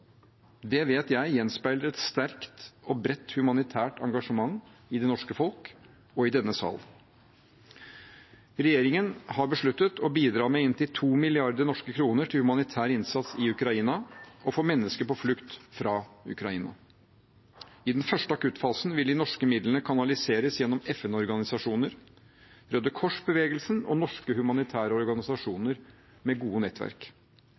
Det vet jeg gjenspeiler et sterkt og bredt humanitært engasjement i det norske folk og i denne sal. Regjeringen har besluttet å bidra med inntil 2 mrd. kr til humanitær innsats i Ukraina og for mennesker på flukt fra Ukraina. I den første akuttfasen vil de norske midlene kanaliseres gjennom FN-organisasjoner, Røde Kors-bevegelsen og norske humanitære organisasjoner med gode nettverk.